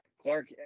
Clark